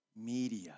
Media